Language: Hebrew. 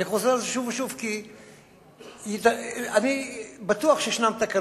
אני חוזר על זה שוב ושוב, כי אני בטוח שיש תקלות,